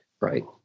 right